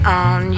on